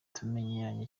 tumenyeranye